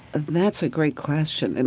that's a great question. and